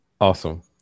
Awesome